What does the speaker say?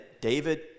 David